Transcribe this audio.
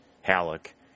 Halleck